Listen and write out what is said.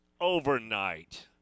overnight